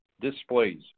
displays